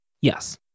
Yes